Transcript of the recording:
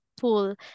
pool